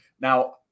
Now